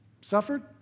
suffered